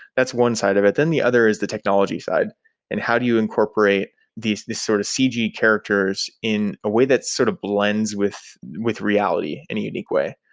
that's one side of it. then the other is the technology side and how do you incorporate these these sort of cg characters in a way that's sort of blends with reality reality in a unique way.